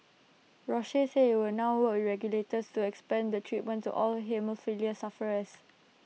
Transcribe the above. Roche said IT would now work regulators to expand the treatment to all haemophilia sufferers